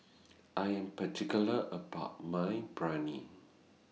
I Am particular about My Biryani